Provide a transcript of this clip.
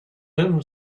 him